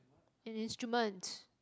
an instruments